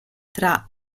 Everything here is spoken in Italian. tra